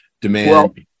demand